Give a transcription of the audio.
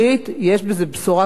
יש בזה בשורה גדולה.